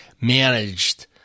managed